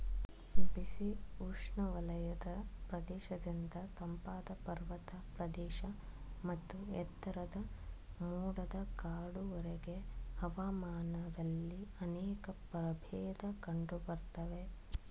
ಬಿಸಿ ಉಷ್ಣವಲಯದ ಪ್ರದೇಶದಿಂದ ತಂಪಾದ ಪರ್ವತ ಪ್ರದೇಶ ಮತ್ತು ಎತ್ತರದ ಮೋಡದ ಕಾಡುವರೆಗೆ ಹವಾಮಾನದಲ್ಲಿ ಅನೇಕ ಪ್ರಭೇದ ಕಂಡುಬರ್ತವೆ